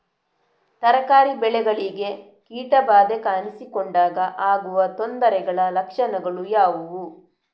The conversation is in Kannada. ತರಕಾರಿ ಬೆಳೆಗಳಿಗೆ ಕೀಟ ಬಾಧೆ ಕಾಣಿಸಿಕೊಂಡಾಗ ಆಗುವ ತೊಂದರೆಗಳ ಲಕ್ಷಣಗಳು ಯಾವುವು?